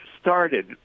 started